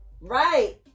Right